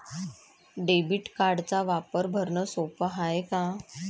Debit कार्डचा वापर भरनं सोप हाय का?